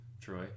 Troy